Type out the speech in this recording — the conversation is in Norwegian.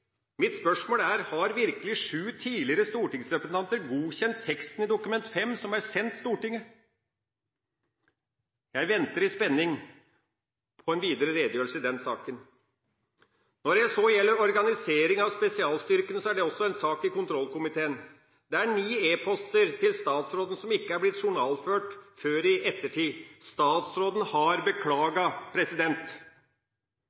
Mitt spørsmål er: Har virkelig sju tidligere stortingsrepresentanter godkjent teksten i Dokument 5 som er sendt Stortinget? Jeg venter i spenning på en videre redegjørelse i den saken. Når det gjelder organisering av spesialstyrkene, er det også en sak i kontrollkomiteen. Det er ni e-poster til statsråden som ikke er blitt journalført før i ettertid. Statsråden har